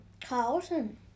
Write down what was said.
Carlton